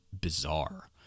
bizarre